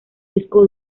disco